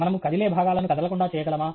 మనము కదిలే భాగాలను కదలకుండా చేయగలమా